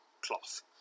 cloth